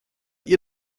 ihr